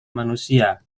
manusia